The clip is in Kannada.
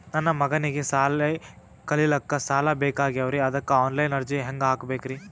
ನನ್ನ ಮಗನಿಗಿ ಸಾಲಿ ಕಲಿಲಕ್ಕ ಸಾಲ ಬೇಕಾಗ್ಯದ್ರಿ ಅದಕ್ಕ ಆನ್ ಲೈನ್ ಅರ್ಜಿ ಹೆಂಗ ಹಾಕಬೇಕ್ರಿ?